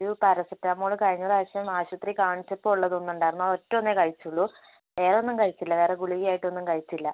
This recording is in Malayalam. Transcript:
ഒരു പാരസെറ്റാമോൾ കഴിഞ്ഞ പ്രാവശ്യം ആശുപത്രിയിൽ കാണിച്ചപ്പോൾ ഉള്ളത് ഒന്ന് ഉണ്ടായിരുന്നു ആ ഒറ്റ ഒന്നേ കഴിച്ചുള്ളൂ വേറെ ഒന്നും കഴിച്ചില്ല വേറെ ഗുളിക ആയിട്ട് ഒന്നും കഴിച്ചില്ല